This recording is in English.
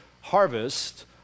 harvest